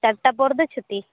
ᱪᱟᱨ ᱴᱟ ᱯᱚᱨᱫᱚ ᱪᱷᱩᱴᱤ